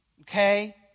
Okay